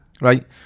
Right